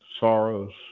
sorrows